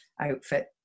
outfit